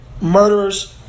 murderers